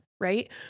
right